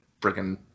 freaking